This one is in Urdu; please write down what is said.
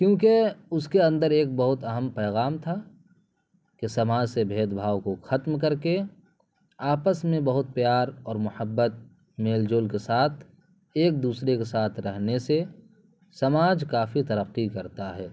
کیوںکہ اس کے اندر ایک بہت اہم پیغام تھا کہ سماج سے بھید بھاؤ کو ختم کر کے آپس میں بہت پیار اور محبت میل جول کے ساتھ ایک دوسرے کے ساتھ رہنے سے سماج کافی ترقی کرتا ہے